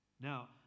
Now